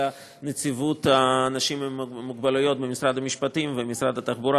אלא נציבות האנשים עם מוגבלות במשרד המשפטים ומשרד התחבורה,